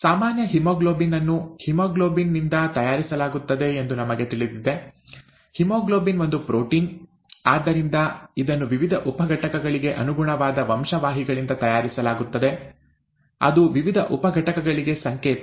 ಸಾಮಾನ್ಯ ಹಿಮೋಗ್ಲೋಬಿನ್ ಅನ್ನು ಹಿಮೋಗ್ಲೋಬಿನ್ ನಿಂದ ತಯಾರಿಸಲಾಗುತ್ತದೆ ಎಂದು ನಮಗೆ ತಿಳಿದಿದೆ ಹಿಮೋಗ್ಲೋಬಿನ್ ಒಂದು ಪ್ರೋಟೀನ್ ಆದ್ದರಿಂದ ಇದನ್ನು ವಿವಿಧ ಉಪ ಘಟಕಗಳಿಗೆ ಅನುಗುಣವಾದ ವಂಶವಾಹಿಗಳಿಂದ ತಯಾರಿಸಲಾಗುತ್ತದೆ ಅದು ವಿವಿಧ ಉಪ ಘಟಕಗಳಿಗೆ ಸಂಕೇತ